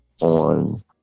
on